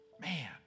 man